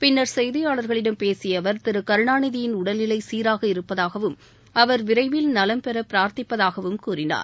பின்னர் செய்தியாளர்களிடம் பேசிய அவர் திரு கருணாநிதியின் உடல்நிலை சீராக இருப்பதாகவும் அவர் விரைவில் நலம் பெற பிரார்த்திப்பதாகவும் கூறினார்